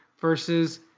versus